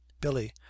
Billy